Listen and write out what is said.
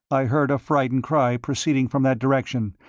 i heard a frightened cry proceeding from that direction,